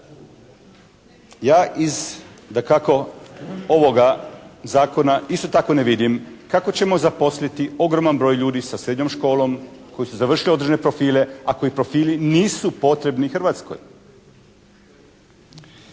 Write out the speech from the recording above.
dakako ovoga zakona isto tako ne vidim kako ćemo zaposliti ogroman broj ljudi sa srednjom školom koji su završili određene profile, a koji profili nisu potrebni Hrvatskoj?